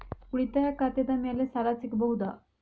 ಉಳಿತಾಯ ಖಾತೆದ ಮ್ಯಾಲೆ ಸಾಲ ಸಿಗಬಹುದಾ?